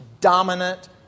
dominant